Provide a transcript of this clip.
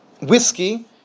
whiskey